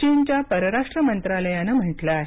चीनच्या परराष्ट्र मंत्रालयानं म्हटलं आहे